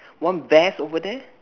one vase over there